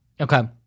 Okay